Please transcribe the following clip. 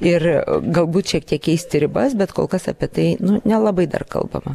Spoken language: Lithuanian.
ir galbūt šiek tiek keisti ribas bet kol kas apie tai nelabai dar kalbama